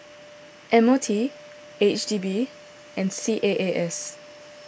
M O T H D B and C A A S